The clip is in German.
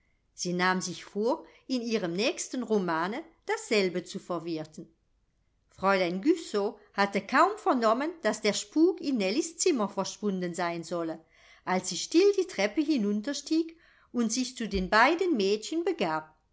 sie nahm sich vor in ihrem nächsten romane dasselbe zu verwerten fräulein güssow hatte kaum vernommen daß der spuk in nellies zimmer verschwunden sein solle als sie still die treppe hinunterstieg und sich zu den beiden mädchen begab